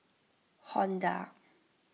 Honda